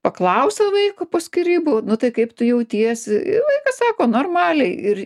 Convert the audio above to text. paklausia vaiko po skyrybų nu tai kaip tu jautiesi sako normaliai ir